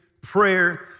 prayer